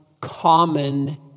common